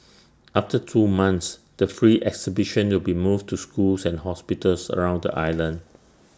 after two months the free exhibition will be moved to schools and hospitals around the island